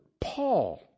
Paul